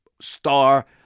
star